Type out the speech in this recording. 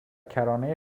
کرانه